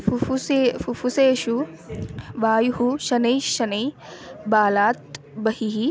पप्पुसे पप्पुसेषु वायुः शनैः शनैः बलात् बहिः